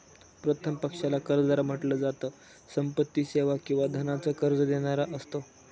प्रथम पक्षाला कर्जदार म्हंटल जात, संपत्ती, सेवा किंवा धनाच कर्ज देणारा असतो